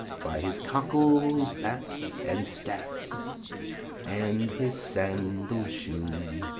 by his cockle bat and' staff and his sandal shoon.